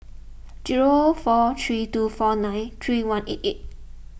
zero four three two four nine three one eight eight